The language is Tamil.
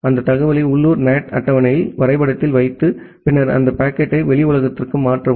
அந்த தகவலை உள்ளூர் NAT அட்டவணையில் வரைபடத்தில் வைத்து பின்னர் அந்த பாக்கெட்டை வெளி உலகத்திற்கு மாற்றவும்